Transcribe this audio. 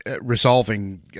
resolving